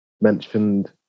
mentioned